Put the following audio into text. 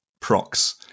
Prox